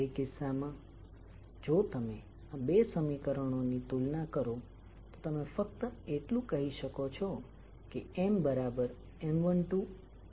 તે કિસ્સામાં જો તમે આ બે સમીકરણો ની તુલના કરો તો તમે ફક્ત એટલું કહી શકો છો કે MM12M21